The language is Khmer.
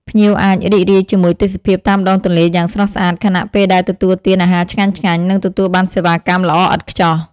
ភ្ញៀវអាចរីករាយជាមួយទេសភាពតាមដងទន្លេយ៉ាងស្រស់ស្អាត ខណៈពេលដែលទទួលទានអាហារឆ្ងាញ់ៗ និងទទួលបានសេវាកម្មល្អឥតខ្ចោះ។